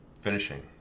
finishing